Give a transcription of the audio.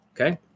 okay